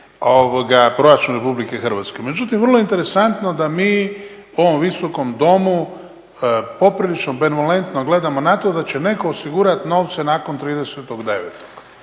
proračun Republike Hrvatske. Međutim vrlo je interesantno da mi u ovom Visokom domu poprilično benevolentno gledamo na to da će netko osigurati novce nakon 30.9..